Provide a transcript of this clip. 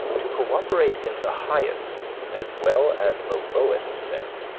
to co-operate in the highest as well as the lowest sense,